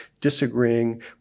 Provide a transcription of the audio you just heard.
disagreeing